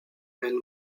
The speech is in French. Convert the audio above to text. elle